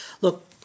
look